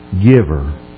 giver